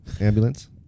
Ambulance